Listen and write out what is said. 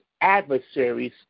adversaries